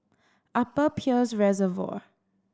Upper Peirce Reservoir